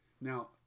Now